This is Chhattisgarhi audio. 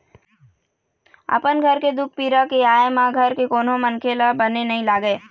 अपन घर के दुख पीरा के आय म घर के कोनो मनखे ल बने नइ लागे